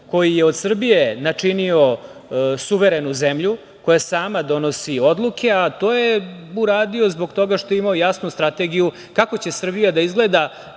koji je od Srbije načinio suverenu zemlju koja sama donosi odluke, a to je uradio zbog toga što je imao jasnu strategiju kako će Srbija da izgleda,